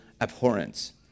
abhorrence